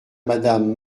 madame